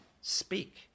speak